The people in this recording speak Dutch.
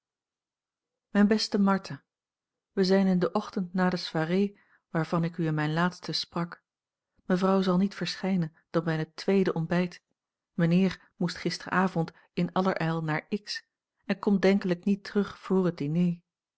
mijn beste martha wij zijn in den ochtend na de soirée waarvan ik u in mijn laatsten sprak mevrouw zal niet verschijnen dan bij het tweede ontbijt mijnheer moest gisteravond in allerijl naar x en komt denkelijk niet terug voor het diner